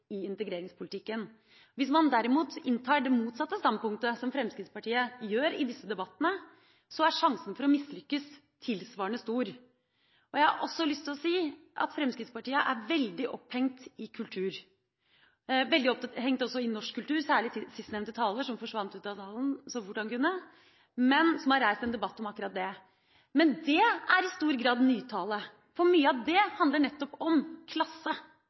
i integreringspolitikken. Hvis man derimot inntar det motsatte standpunktet, som Fremskrittspartiet gjør i disse debattene, er sjansen for å mislykkes tilsvarende stor. Jeg har også lyst til å si at Fremskrittspartiet er veldig opphengt i kultur. Man er veldig opphengt i norsk kultur, særlig sistnevnte taler, som forsvant ut av salen så fort han kunne, men som har reist en debatt om akkurat det. Det er i stor grad nytale, for mye av det handler nettopp om klasse.